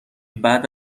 بعد